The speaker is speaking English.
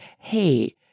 Hey